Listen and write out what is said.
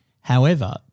However-